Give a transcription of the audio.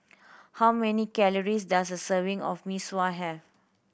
how many calories does a serving of Mee Sua have